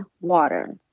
Water